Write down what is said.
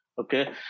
Okay